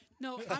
No